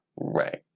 right